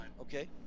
okay